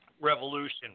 Revolution